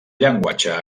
llenguatge